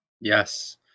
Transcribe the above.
Yes